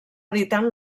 editant